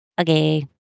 Okay